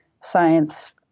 science